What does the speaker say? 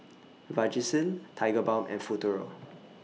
Vagisil Tigerbalm and Futuro